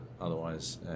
otherwise